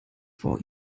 vor